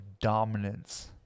dominance